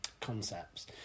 concepts